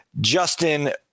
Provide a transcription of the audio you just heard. Justin